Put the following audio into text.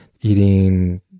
Eating